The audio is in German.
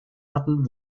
hatten